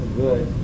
good